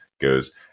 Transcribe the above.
goes